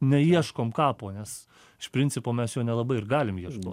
neieškom kapo nes iš principo mes jo nelabai ir galim ieško